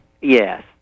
Yes